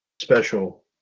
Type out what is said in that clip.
special